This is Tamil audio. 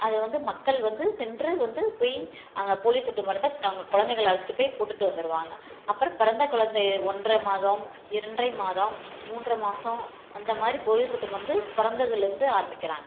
அது வந்து மக்கள் வந்து சென்று வந்து போய் அங்கே போலியோ சொட்டு மருந்தை தங்கள் குழந்தைகளை அழைச்சிட்டு போய் போட்டுட்டு வந்துடுவாங்க அப்புறம் பிறந்த குழந்தை ஒன்றரை மாதம் இரண்டரை மாதம் மூன்றரை மாதம் அந்தமாதிரி போலியோ சொட்டு மருந்து பிறந்ததுலே இருந்து ஆரம்பிக்கிறாங்க